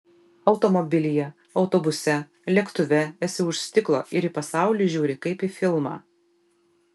automobilyje autobuse lėktuve esi už stiklo ir į pasaulį žiūri kaip į filmą